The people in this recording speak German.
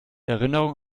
erinnerung